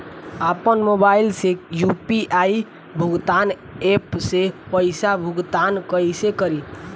आपन मोबाइल से यू.पी.आई भुगतान ऐपसे पईसा भुगतान कइसे करि?